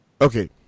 okay